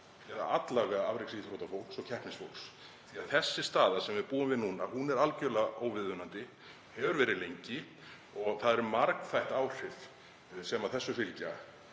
alla vega afreksíþróttafólks og keppnisfólks, því að sú staða sem við búum við núna er algerlega óviðunandi og hefur verið lengi. Það eru margþætt áhrif sem þessu fylgja,